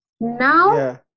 now